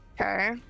Okay